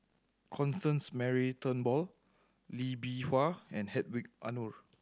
Constance Mary Turnbull Lee Bee Wah and Hedwig Anuar